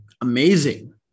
amazing